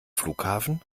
flughafen